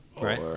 right